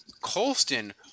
Colston